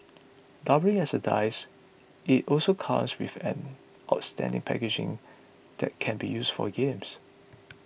doubling as a dice it also comes with an outstanding packaging that can be used for games